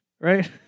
right